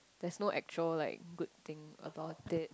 there's no actual like good thing about it